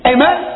Amen